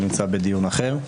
שנמצא בדיון אחר.